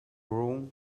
wrong